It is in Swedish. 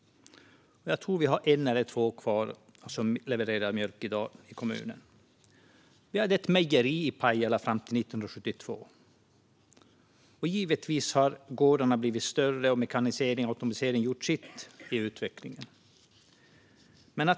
Jag tror vi har en eller två kvar i dag som levererar mjölk till kommunen. Vi hade ett mejeri i Pajala fram till 1972. Givetvis har gårdarna blivit större, och mekaniseringen och automatiseringen har gjort sitt i utvecklingen.